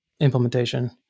implementation